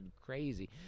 crazy